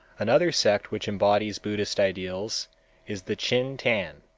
another sect which embodies buddhist ideals is the chin tan,